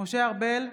משה ארבל,